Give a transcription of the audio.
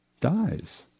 dies